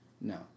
No